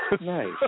Nice